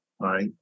right